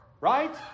right